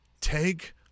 take